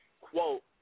quote